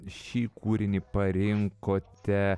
šį kūrinį parinkote